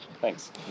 Thanks